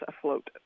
afloat